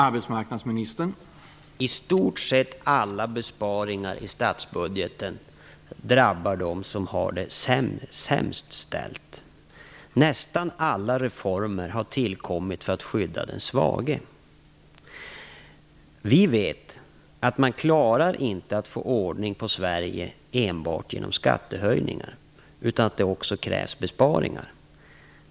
Herr talman! I stort sett alla besparingar i statsbudgeten drabbar dem som har det sämst ställt. Nästan alla reformer har tillkommit för att skydda den svage. Vi vet att man inte klarar att få ordning på Sverige enbart genom skattehöjningar utan att det också krävs besparingar.